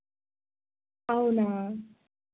అవునా